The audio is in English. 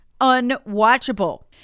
unwatchable